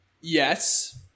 yes